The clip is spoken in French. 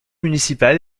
municipal